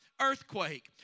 earthquake